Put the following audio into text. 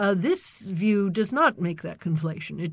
ah this view does not make that conflation.